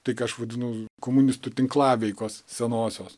tai ką aš vadinu komunistų tinklaveikos senosios